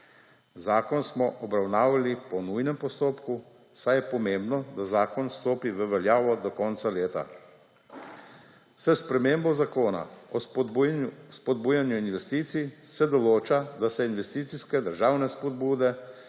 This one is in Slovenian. Zakon smo obravnavali po nujnem postopku, saj je pomembno, da zakon stopi v veljavo do konca leta. S spremembo Zakona o spodbujanju investicij se določa, da se investicijske državne spodbude